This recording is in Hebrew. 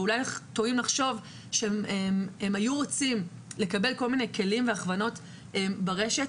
ואולי טועים לחשוב שהם היו רוצים לקבל כל מיני כלים והכוונות ברשת,